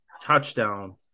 touchdown